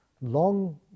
long